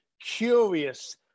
curious